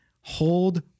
hold